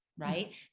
right